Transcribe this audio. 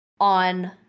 on